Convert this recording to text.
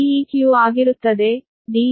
Deq ಆಗಿರುತ್ತದೆ 13